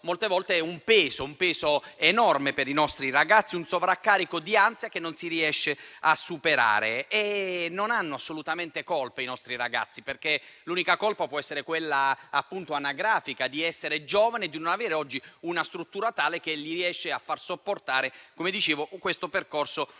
sfide diventino un peso enorme per i nostri ragazzi, con un sovraccarico di ansia che non si riesce a superare. Non ne hanno assolutamente colpa i nostri ragazzi; l'unica colpa può essere quella anagrafica, di essere giovani e di non avere una struttura tale da riuscire a far sopportare loro questo percorso di